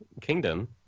kingdom